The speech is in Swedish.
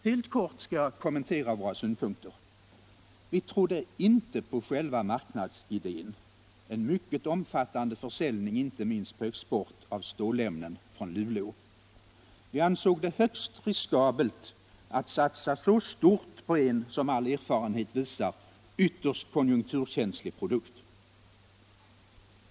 Helt kort skall jag kommentera våra synpunkter. Vi trodde inte på själva marknadsidén, en mycket omfattande försäljning, inte minst på export, av stålämnen från Luleå. Vi ansåg det högst riskabelt att satsa så stort på en — som all erfarenhet visar — ytterst konjunkturkänslig produkt.